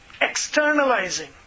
externalizing